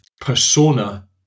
Persona